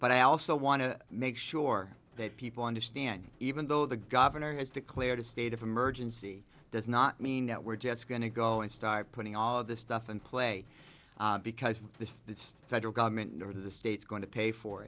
but i also want to make sure that people understand even though the governor has declared a state of emergency does not mean that we're just going to go and start putting all of this stuff and play because the federal government nor the states going to pay for